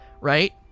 right